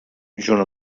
junt